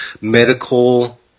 medical